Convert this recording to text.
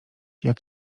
jak